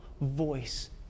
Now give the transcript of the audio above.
voice